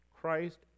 Christ